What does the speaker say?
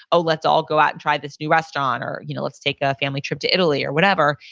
oh, let's all go out and try this new restaurant, or you know let's take a family trip to italy, or whatever.